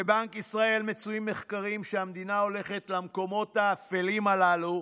בבנק ישראל מצויים מחקרים שהמדינה הולכת למקומות האפלים הללו,